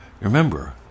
Remember